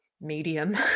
medium